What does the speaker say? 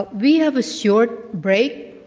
but we have a short break.